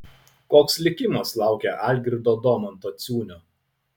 koks likimas laukia algirdo domanto ciūnio